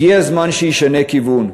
הגיע הזמן שישנה כיוון.